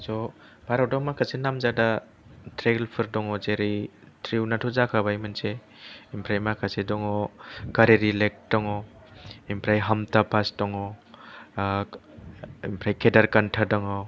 स' भारताव माखासे नामजादा ट्रेल फोर दङ जेरै ट्रिउन्ड आथ' जाखाबाय मोनसे आमफ्राय माखासे दङ कारेरि लेक दङ ओमफ्राय हामता पास दङ ओ ओमफ्राय केदारकान्त दङ